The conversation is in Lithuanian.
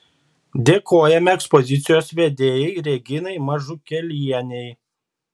dėkojame ekspozicijos vedėjai reginai mažukėlienei